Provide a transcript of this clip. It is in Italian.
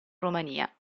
romania